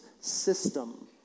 system